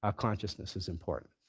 ah consciousness is important.